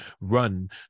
run